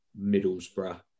Middlesbrough